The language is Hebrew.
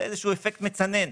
זה איזה אפקט מצנן.